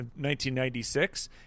1996